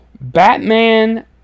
Batman